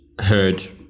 Heard